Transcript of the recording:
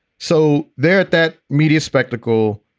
so there at that media spectacle,